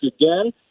again